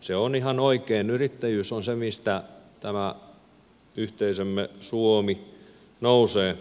se on ihan oikein yrittäjyys on se mistä tämä yhteisömme suomi nousee